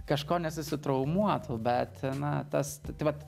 kažko nesusitraumuotų bet na tas tai vat